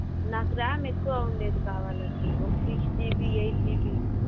నాకు ర్యాం ఎక్కువ ఉండేది కావాలండి ఒక సిక్స్ జీబీ ఎయిట్ జీబీ